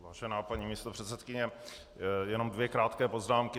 Vážená paní místopředsedkyně, jenom dvě krátké poznámky.